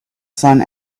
sun